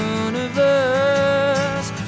universe